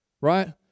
right